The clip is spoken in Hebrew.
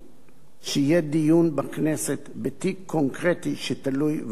שיהיה דיון בכנסת בתיק קונקרטי שתלוי ועומד בבית-משפט.